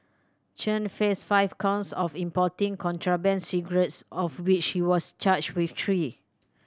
Chen faced five counts of importing contraband cigarettes of which he was charged with three